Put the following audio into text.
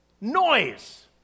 Noise